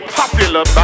popular